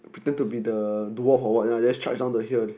pretend to be the dwarf or what and then charge down the hill